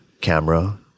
camera